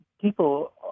people